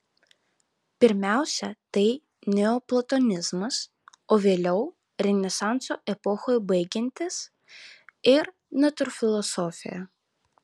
pirmiausia tai neoplatonizmas o vėliau renesanso epochai baigiantis ir natūrfilosofija